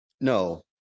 No